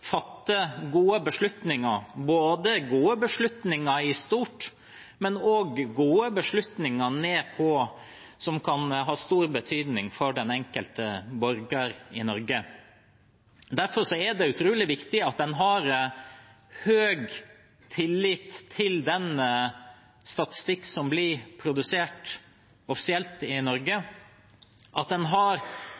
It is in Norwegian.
fatte gode beslutninger, både gode beslutninger i stort og gode beslutninger som kan ha stor betydning for den enkelte borger i Norge. Derfor er det utrolig viktig at en har høy tillit til den statistikken som blir produsert offisielt i Norge,